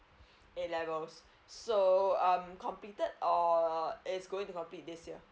a levels so um completed or it's going to complete this year